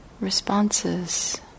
responses